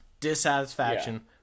dissatisfaction